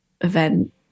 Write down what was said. event